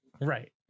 Right